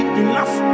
enough